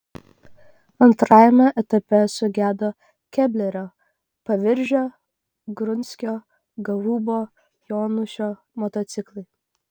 antrajame etape sugedo keblerio paviržio grunskio gaubo jonušio motociklai